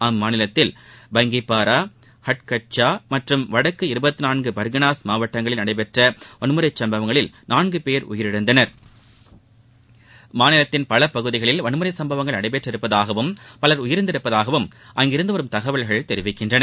அம்மாநிலத்தில் பங்கிப்பரா ஹட்கட்சாமற்றும் வடக்குபர்கானாமாவட்டங்களில் நடந்தவன்முறைச் சமபவங்களில் நான்குபேர் உயிரிழந்தனர் மாநிலத்தின் பலபகுதிகளில் வன்முறைசம்பவங்கள் நடைபெற்றுள்ளதாகவும் பலர் உயிரிழந்துள்ளதாகவும் அங்கிருந்துவரும் தகவல்கள் தெரிவிக்கின்றன